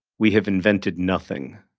we have invented nothing.